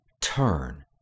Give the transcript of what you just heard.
Turn